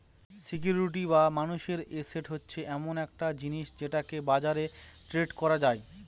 security বা মানুষের asset হচ্ছে এমন একটা জিনিস যেটাকে বাজারে ট্রেড করা যায়